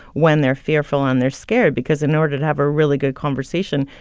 when they're fearful and they're scared because in order to have a really good conversation,